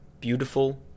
beautiful